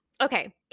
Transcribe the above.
Okay